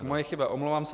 Moje chyba, omlouvám se.